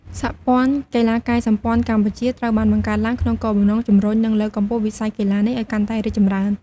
សហព័ន្ធកីឡាកាយសម្ព័ន្ធកម្ពុជា ត្រូវបានបង្កើតឡើងក្នុងគោលបំណងជំរុញ និងលើកកម្ពស់វិស័យកីឡានេះឱ្យកាន់តែរីកចម្រើន។